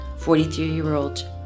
43-year-old